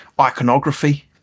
iconography